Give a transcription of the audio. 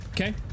Okay